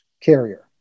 carrier